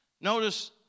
Notice